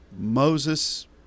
Moses